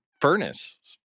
furnace